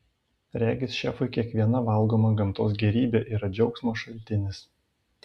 regis šefui kiekviena valgoma gamtos gėrybė yra džiaugsmo šaltinis